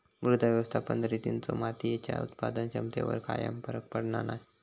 मृदा व्यवस्थापन रितींचो मातीयेच्या उत्पादन क्षमतेवर कायव फरक पडना नाय